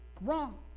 wrong